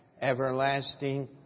everlasting